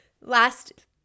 Last